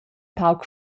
pauc